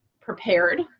prepared